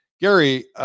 Gary